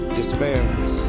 despairs